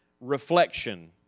reflection